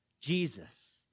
Jesus